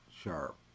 Sharp